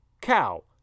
cow